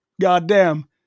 goddamn